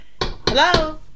Hello